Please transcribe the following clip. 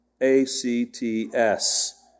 A-C-T-S